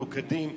מלוכדים,